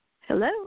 Hello